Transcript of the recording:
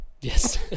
Yes